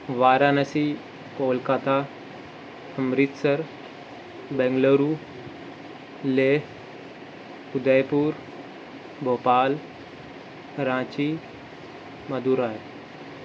Varanasi Kolkata Amritsar Bangalore Leh Udaipur Bhopal Karachi Madurai